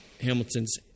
Hamilton's